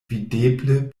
videble